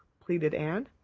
pleaded anne.